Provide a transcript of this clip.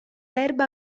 erba